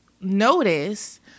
notice